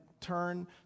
turn